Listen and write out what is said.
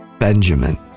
Benjamin